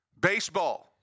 Baseball